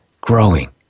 growing